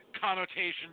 connotations